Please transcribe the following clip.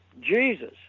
jesus